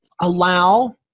allow